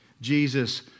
Jesus